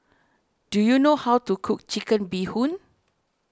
do you know how to cook Chicken Bee Hoon